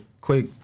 quick